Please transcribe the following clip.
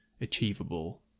achievable